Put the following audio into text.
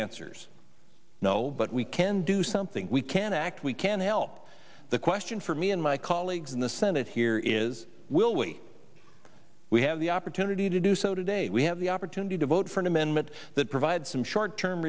answers no but we can do something we can act we can help the question for me and my colleagues in the senate here is will we we have the opportunity to do so today we have the opportunity to vote for an amendment that provides some short term